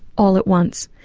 all at once.